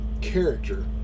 character